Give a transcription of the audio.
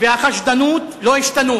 והחשדנות לא השתנו.